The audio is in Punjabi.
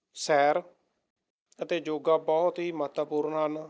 ਸੈਰ ਅਤੇ ਯੋਗਾ ਬਹੁਤ ਹੀ ਮਹੱਤਵਪੂਰਨ ਹਨ